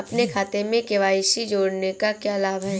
अपने खाते में के.वाई.सी जोड़ने का क्या लाभ है?